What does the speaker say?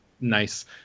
nice